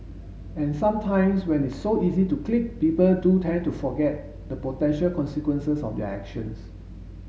and sometimes when it's so easy to click people do tend to forget the potential consequences of their actions